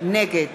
נגד